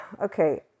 Okay